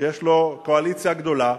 שיש לו קואליציה גדולה,